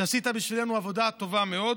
שעשית בשבילנו עבודה טובה מאוד,